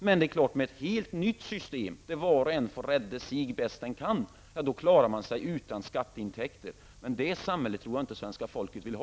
Men självfallet att med ett helt nytt system, där var och en rädde sig bäst den kan, kan man klara sig utan skatteintäkter. Men det samhället tror jag inte att svenska folket vill ha.